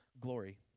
glory